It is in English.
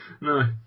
no